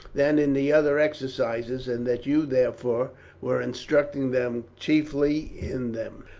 than in the other exercises, and that you therefore were instructing them chiefly in them.